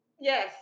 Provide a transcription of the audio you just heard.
Yes